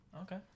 Okay